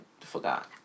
forgot